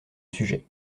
sujet